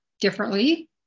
differently